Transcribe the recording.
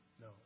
No